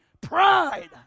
Pride